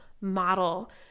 model